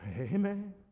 Amen